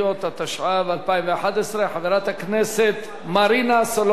התשע"ב 2011. מרינה סולודקין.